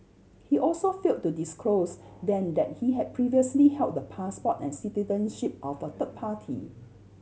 he also failed to disclose then that he had previously held the passport and citizenship of a third party